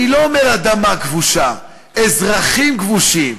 אני לא אומר "אדמה כבושה" אזרחים כבושים.